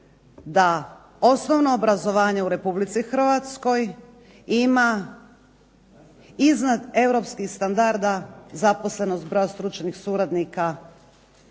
da osnovno obrazovanje u Republici Hrvatskoj ima iznad europskih standarda zaposlenost broja stručnih suradnika